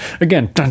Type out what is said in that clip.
Again